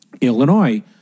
Illinois